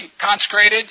consecrated